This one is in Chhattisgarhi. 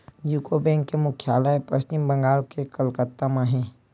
यूको बेंक के मुख्यालय पस्चिम बंगाल के कलकत्ता म हे